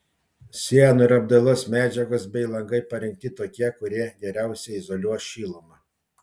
sienų ir apdailos medžiagos bei langai parinkti tokie kurie geriausiai izoliuos šilumą